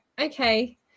Okay